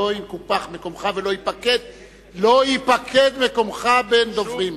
לא יקופח מקומך ולא ייפקד מקומך בין הדוברים.